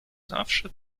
zawsze